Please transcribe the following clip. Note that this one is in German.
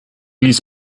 ließ